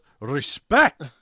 respect